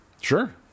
sure